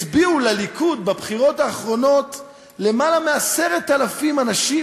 הצביעו שם לליכוד בבחירות האחרונות למעלה מ-10,000 אנשים,